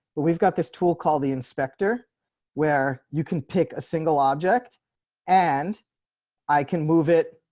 but we've got this tool called the inspector where you can pick a single object and i can move it.